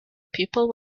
people